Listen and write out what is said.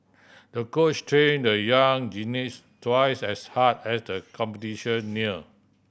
the coach trained the young gymnast twice as hard as the competition neared